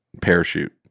parachute